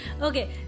Okay